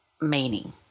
meaning